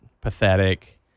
pathetic